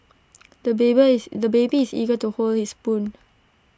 the is the baby is eager to hold his spoon